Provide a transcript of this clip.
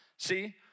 See